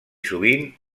sovint